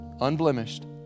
unblemished